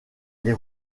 les